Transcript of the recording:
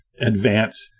advance